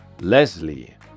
Leslie